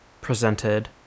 presented